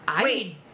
Wait